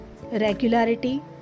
regularity